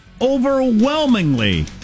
overwhelmingly